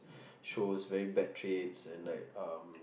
shows very bad traits and like um